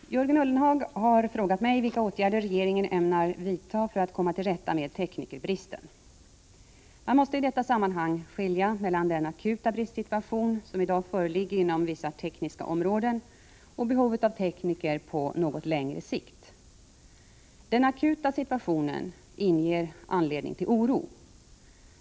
Herr talman! Jörgen Ullenhag har frågat mig vilka åtgärder regeringen ämnar vidta för att komma till rätta med teknikerbristen. Man måste i detta sammanhang skilja mellan den akuta bristsituation som i dag föreligger inom vissa tekniska områden och behovet av tekniker på något längre sikt. Den akuta situationen inger anledning till oro.